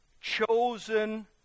chosen